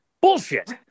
bullshit